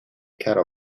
cattle